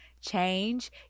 change